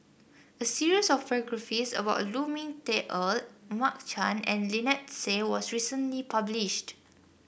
a series of biographies about Lu Ming Teh Earl Mark Chan and Lynnette Seah was recently published